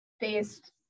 based